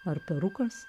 ar perukas